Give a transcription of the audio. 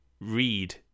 read